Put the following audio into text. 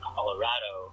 Colorado